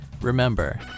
Remember